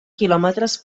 quilòmetres